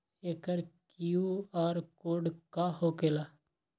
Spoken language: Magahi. एकर कियु.आर कोड का होकेला?